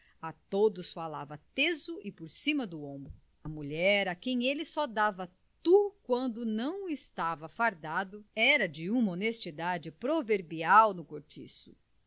a todos falava teso e por cima do ombro a mulher a quem ele só dava tu quando não estava fardado era de uma honestidade proverbial no cortiço